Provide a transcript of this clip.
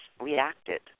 reacted